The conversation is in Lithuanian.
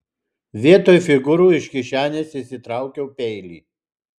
vietoj figūrų iš kišenės išsitraukiau peilį